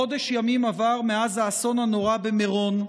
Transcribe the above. חודש ימים עבר מאז האסון הנורא במירון,